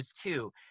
two